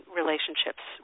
relationships